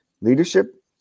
leadership